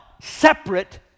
separate